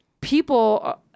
People